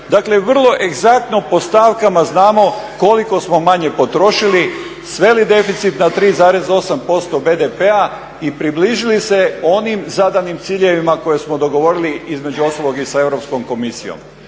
Dakle vrlo egzaktno po stavkama znamo koliko smo manje potrošili, sveli deficit na 3,8% BDP-a i približili se onim zadanim ciljevima koje smo dogovorili između ostalog i sa Europskom komisijom.